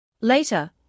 Later